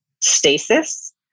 stasis